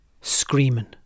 screaming